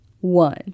one